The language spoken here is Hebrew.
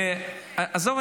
עזוב,